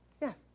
Yes